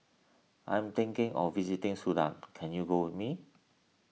I am thinking of visiting Sudan can you go with me